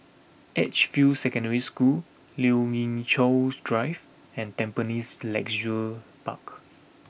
Edgefield Secondary School Lien Ying Chow's Drive and Tampines Leisure Park